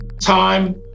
time